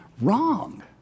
wrong